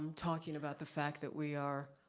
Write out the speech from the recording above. talking about the fact that we are